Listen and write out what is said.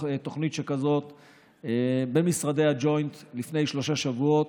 תוכנית שכזאת במשרדי הג'וינט לפני שלושה שבועות.